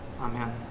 Amen